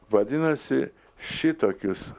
vadinasi šitokius